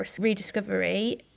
rediscovery